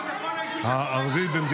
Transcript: ועבריין אמון על הביטחון האישי של אזרחי ישראל.